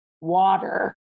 Water